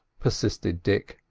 persisted dick,